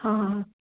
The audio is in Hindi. हाँ हाँ हाँ